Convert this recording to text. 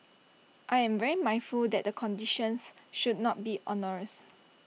I am very mindful that the conditions should not be onerous